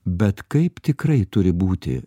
bet kaip tikrai turi būti